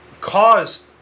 caused